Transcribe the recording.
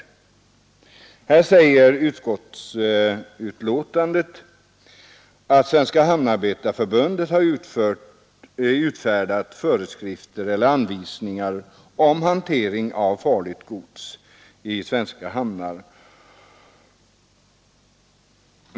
Utskottet säger i betänkandet att Svenska hamnförbundet har utfärdat anvisningar om hantering av farligt gods i svenska hamnar.